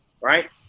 Right